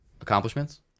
Accomplishments